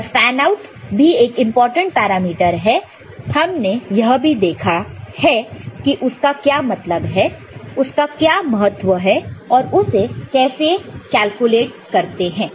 और fan out भी एक इंपॉर्टेंट पैरामीटर है हमने यह भी देखा कि उसका क्या मतलब है और उसका महत्व और उसे कैसे कैलकुलेट करते हैं